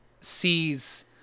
sees